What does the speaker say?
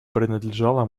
принадлежала